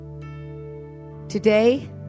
Today